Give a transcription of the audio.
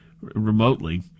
remotely